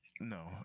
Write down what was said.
No